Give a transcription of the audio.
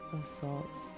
assaults